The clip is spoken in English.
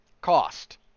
cost